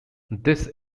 this